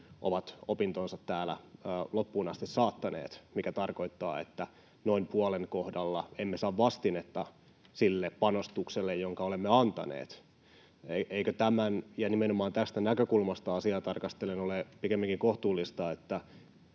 ovat opintonsa täällä loppuun asti saattaneet, mikä tarkoittaa, että noin puolen kohdalla emme saa vastinetta sille panostukselle, jonka olemme antaneet. Eikö tämän takia ja nimenomaan tästä näkökulmasta asiaa tarkastellen ole pikemminkin kohtuullista,